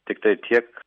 tiktai tiek